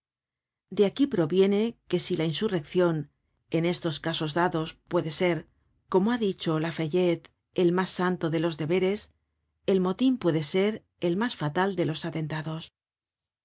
de aquí proviene que si la insurreccion en estos casos dados puede ser como ha dicho lafayette el mas sanio de los deberes el motin puede ser el mas fatal de los atentados